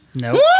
No